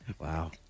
Wow